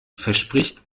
verspricht